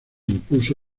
impuso